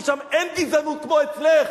כי שם אין גזענות כמו אצלך.